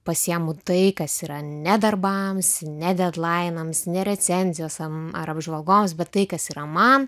pasiimu tai kas yra ne darbams ne dedlainams ne recenzijoms ar apžvalgoms bet tai kas yra man